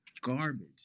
garbage